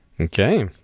Okay